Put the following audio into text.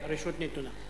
הרשות נתונה.